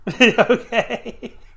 Okay